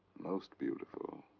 most beautiful.